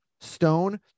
stone